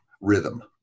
Rhythm